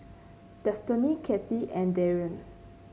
Destiney Cathy and Darryn